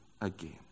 again